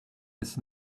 his